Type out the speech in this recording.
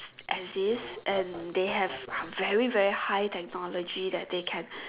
as if and they have a very very high technology that they can